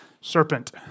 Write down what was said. serpent